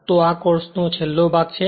તો આ આ કોર્સનો છેલ્લો ભાગ છે